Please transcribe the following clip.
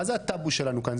מה זה הטאבו שלנו כאן?